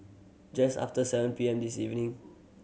just after seven P M this evening